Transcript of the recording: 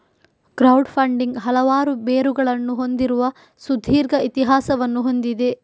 crowd funding ಹಲವಾರು ಬೇರುಗಳನ್ನು ಹೊಂದಿರುವ ಸುದೀರ್ಘ ಇತಿಹಾಸವನ್ನು ಹೊಂದಿದೆ